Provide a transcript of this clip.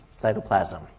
cytoplasm